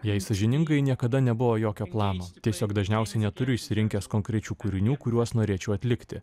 jei sąžiningai niekada nebuvo jokio plano tiesiog dažniausiai neturiu išsirinkęs konkrečių kūrinių kuriuos norėčiau atlikti